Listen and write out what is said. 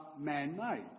man-made